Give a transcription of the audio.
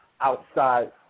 outside